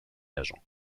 agents